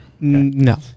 No